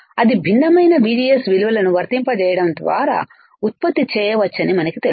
అది భిన్నమైన VGS విలువలను వర్తింపజేయడం ద్వారా ఉత్పత్తి చేయవచ్చనిమనకు తెలుసు